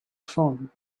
phone